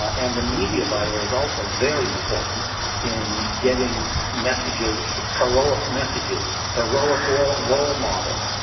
and the media by the way is also very important in getting messages, heroic messages, heroic role role models,